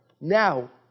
now